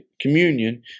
communion